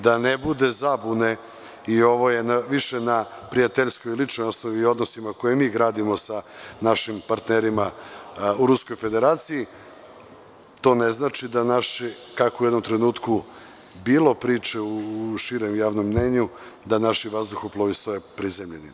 Da ne bude zabune, ovo je više na prijateljskoj i ličnoj osnovi i odnosima koje mi gradimo sa našim partnerima u Ruskoj federaciji, to ne znači da naši, kako je bilo priče u javnom mnjenju, vazduhoplovi stoje prizemljeni.